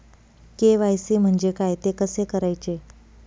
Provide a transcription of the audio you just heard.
KYC म्हणजे काय? ते कसे करायचे?